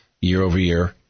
year-over-year